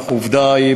עובדה היא,